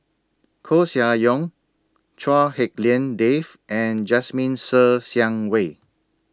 Koeh Sia Yong Chua Hak Lien Dave and Jasmine Ser Xiang Wei